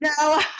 No